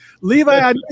Levi